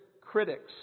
critics